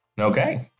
Okay